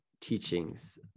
teachings